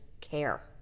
care